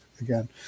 again